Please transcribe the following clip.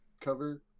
cover